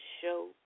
show